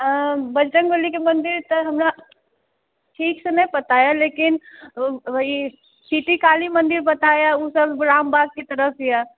बजरङ्ग बलीके मन्दिर तऽ हमरा ठीकसँ नहि पता यऽ लेकिन सिटी काली मन्दिर पता यऽ ओ रामबागके तरफ यऽ